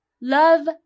Love